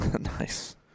Nice